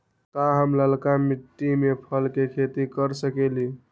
का हम लालका मिट्टी में फल के खेती कर सकेली?